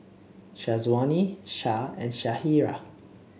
Syazwani Shah and Syirah